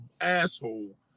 asshole